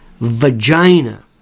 vagina